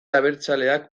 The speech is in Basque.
abertzaleak